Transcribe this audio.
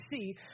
see